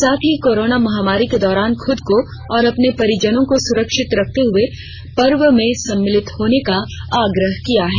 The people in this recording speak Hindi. साथ ही कोरोना महामारी के दौरान खुद को और अपने परिजनों को सुरक्षित रखते हुए पर्व में सम्मिलित होने का आग्रह किया है